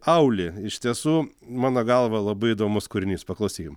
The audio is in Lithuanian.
auli iš tiesų mano galva labai įdomus kūrinys paklausykim